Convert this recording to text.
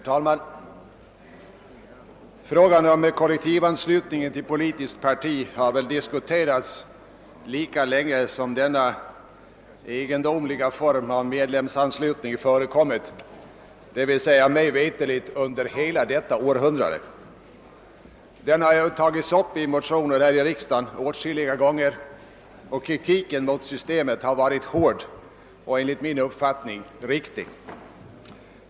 Herr talman! Frågan om kollektivanslutningen till politiskt parti har väl diskuterats lika länge som denna egendomliga form av medlemsanslutning förekommit, d.v.s. mig veterligt under hela detta århundrade. Den har tagits upp i motioner här i riksdagen åtskilliga gånger, och kritiken mot systemet har varit hård och enligt min uppfattning riktig.